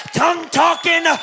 tongue-talking